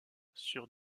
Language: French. sur